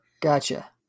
Gotcha